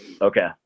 Okay